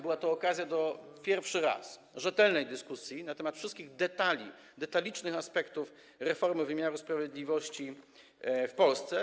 Była to okazja, po raz pierwszy, do rzetelnej dyskusji na temat wszystkich detali, detalicznych aspektów reformy wymiaru sprawiedliwości w Polsce.